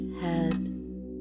Head